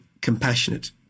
compassionate